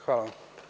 Hvala.